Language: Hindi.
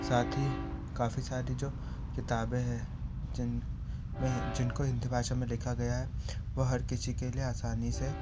साथ ही काफी सारी जो किताबें हैं जिन में जिनको हिन्दी भाषा में लिखा गया है वह हर किसी के लिए आसानी से